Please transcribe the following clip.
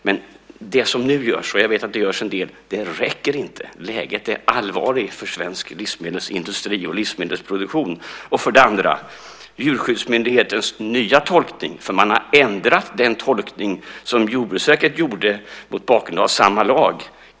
Men det som nu görs, och jag vet att det görs en del, räcker inte. Läget är allvarligt för svensk livsmedelsindustri och livsmedelsproduktion. Den andra frågan gäller Djurskyddsmyndighetens nya tolkning. Man har ändrat den tolkning som Jordbruksverket gjorde mot bakgrund av samma lag.